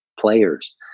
players